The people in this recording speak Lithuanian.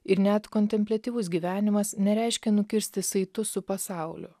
ir net kontempliatyvus gyvenimas nereiškia nukirsti saitus su pasauliu